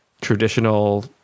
traditional